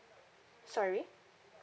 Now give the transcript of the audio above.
sorry